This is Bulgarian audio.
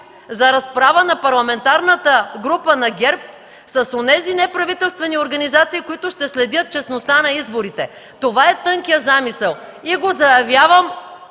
за разправа на Парламентарната група на ГЕРБ с онези неправителствени организации, които ще следят честността на изборите. Това е тънкият замисъл! И го заявявам